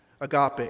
agape